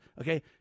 okay